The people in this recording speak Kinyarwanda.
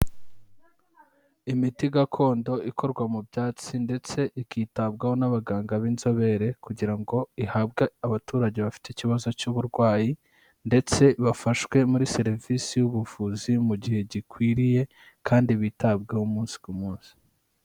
Imiti gakondo ikorwa mu byatsi ndetse ikitabwaho n'abaganga b'inzobere kugira ngo ihabwe abaturage bafite ikibazo cy'uburwayi, ndetse bafashwe muri serivisi y'ubuvuzi mu gihe gikwiriye kandi bitabweho umunsi ku munsi.